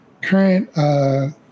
current